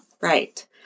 Right